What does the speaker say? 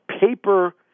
paper